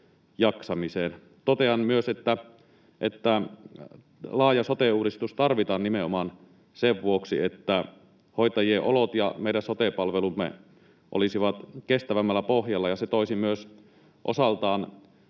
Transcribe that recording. Totean myös, että laaja sote-uudistus tarvitaan nimenomaan sen vuoksi, että hoitajien olot ja meidän sote-palvelumme olisivat kestävämmällä pohjalla, ja se toisi osaltaan